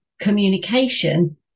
communication